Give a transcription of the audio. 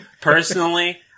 personally